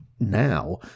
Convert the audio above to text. Now